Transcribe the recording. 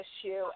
issue